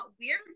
weird